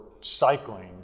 cycling